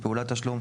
"פעולת תשלום",